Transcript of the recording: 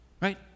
right